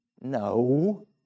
No